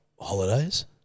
holidays